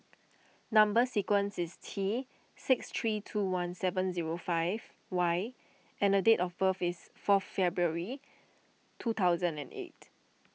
Number Sequence is T six three two one seven zero five Y and the date of birth is fourth February two thousand and eight